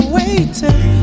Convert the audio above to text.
waiting